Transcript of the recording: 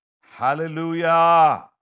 Hallelujah